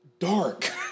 dark